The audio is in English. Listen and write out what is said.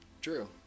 True